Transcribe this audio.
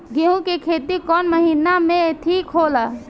गेहूं के खेती कौन महीना में ठीक होला?